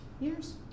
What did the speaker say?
years